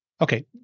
Okay